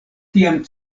tiam